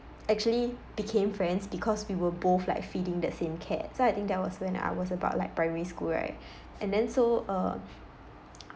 actually became friends because we were both like feeding the same cat so I think that was when I was about like primary school right and then so uh